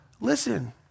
listen